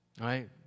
right